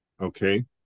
Okay